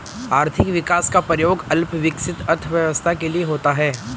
आर्थिक विकास का प्रयोग अल्प विकसित अर्थव्यवस्था के लिए होता है